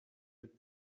mit